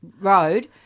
road